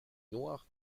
noires